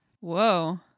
Whoa